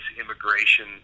immigration